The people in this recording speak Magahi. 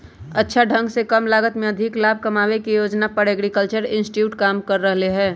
अच्छा ढंग से कम लागत में अधिक लाभ कमावे के योजना पर एग्रीकल्चरल इंस्टीट्यूट काम कर रहले है